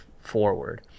forward